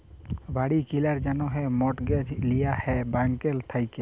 বাড়ি কিলার জ্যনহে মর্টগেজ লিয়া হ্যয় ব্যাংকের থ্যাইকে